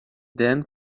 then